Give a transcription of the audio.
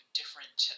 different